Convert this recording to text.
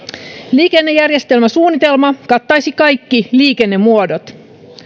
liikennejärjestelmäsuunnitelma kattaisi kaikki liikennemuodot